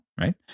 right